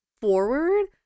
forward